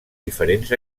diferents